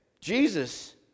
Jesus